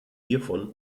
hiervon